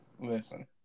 Listen